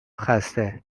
خسته